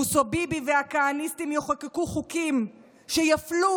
מוסוביבי והכהניסטים יחוקקו חוקים שיפלו